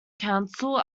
council